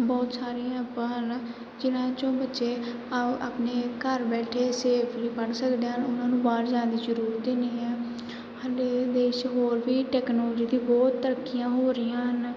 ਬਹੁਤ ਸਾਰੀਆਂ ਐਪਾਂ ਹਨ ਜਿਨ੍ਹਾਂ 'ਚੋਂ ਬੱਚੇ ਆਓ ਆਪਣੇ ਘਰ ਬੈਠੇ ਸੇਫਲੀ ਪੜ੍ਹ ਸਕਦੇ ਹਨ ਉਹਨਾਂ ਨੂੰ ਬਾਹਰ ਜਾਣ ਦੀ ਜ਼ਰੂਰਤ ਹੀ ਨਹੀਂ ਹੈ ਹਾਲੇ ਦੇਸ਼ ਹੋਰ ਵੀ ਟੈਕਨੋਲੋਜੀ ਦੀ ਬਹੁਤ ਤਰੱਕੀਆਂ ਹੋ ਰਹੀਆਂ ਹਨ